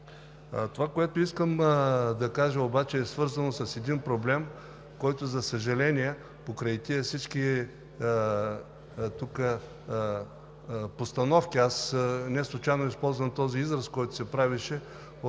Това, което искам да кажа, обаче е свързано с един проблем, който, за съжаление, покрай всички тези постановки – неслучайно използвам този израз, който се правеше